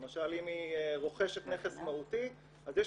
למשל אם היא רוכשת נכס מהותי אז יש